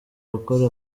gukora